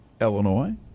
Illinois